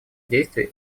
действий